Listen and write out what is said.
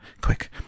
Quick